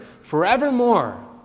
forevermore